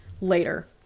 later